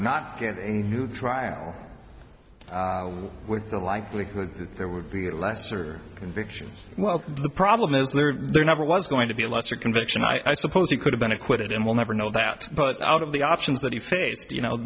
not get a new trial with the likelihood that there would be a lesser convictions well the problem is that there never was going to be a lesser conviction i suppose he could have been acquitted and we'll never know that but out of the options that he faced you know